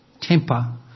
temper